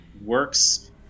works